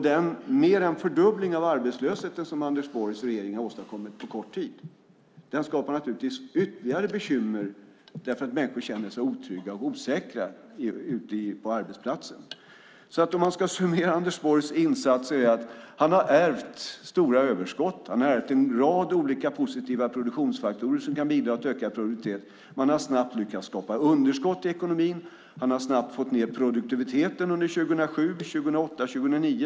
Den mer än fördubbling av arbetslösheten som Anders Borgs regering har åstadkommit på kort tid skapar naturligtvis ytterligare bekymmer, eftersom människor känner sig otrygga och osäkra ute på arbetsplatsen. Om man ska summera Anders Borgs insatser blir det att han har ärvt stora överskott. Han har ärvt en rad olika positiva produktionsfaktorer som kan bidra till ökad produktivitet, men han har snabbt lyckats skapa underskott i ekonomin. Han har snabbt fått ned produktiviteten under 2007, 2008 och 2009.